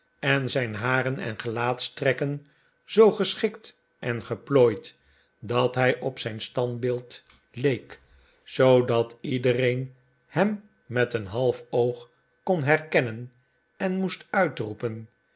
en zijn haren en gelaatstrekken zoo geschikt en geplooid dat hij op zijn standbeeld leek zoodat iedereen hem met een half oog kon herkennen en moest uitroepen